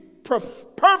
perfect